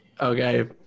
okay